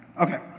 Okay